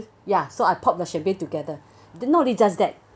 ya so I pop the champagne together then not only just that